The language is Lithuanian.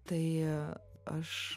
tai aš